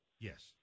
Yes